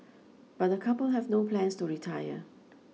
but the couple have no plans to retire